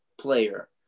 player